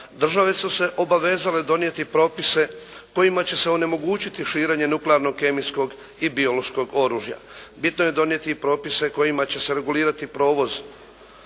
države su se obavezale donijeti propise kojima će se onemogućiti širenje nuklearnog, kemijskog i biološkog oružja. Bitno je donijeti i propise kojima će se regulirati provoz